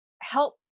help